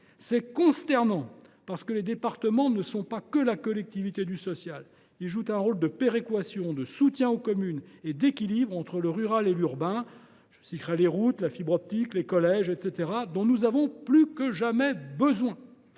C’est consternant, parce que le département n’est pas que la collectivité du social : il joue un rôle de péréquation, de soutien aux communes, et d’équilibre entre le rural et l’urbain, dans des domaines tels que les routes, la fibre optique, les collèges, dont nous avons plus que jamais besoin.